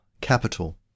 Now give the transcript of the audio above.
Capital